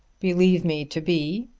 believe me to be,